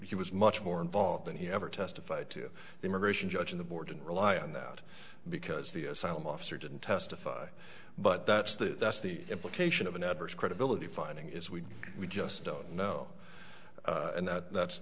he was much more involved than he ever testified to the immigration judge of the board and rely on that because the asylum officer didn't testify but that's the that's the implication of an adverse credibility finding is we we just don't know and that's